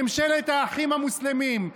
ממשלת האחים המוסלמים.